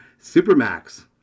Supermax